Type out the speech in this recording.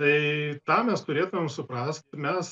tai tą mes turėtumėm suprast mes